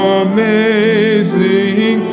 amazing